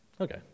Okay